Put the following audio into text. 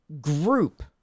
group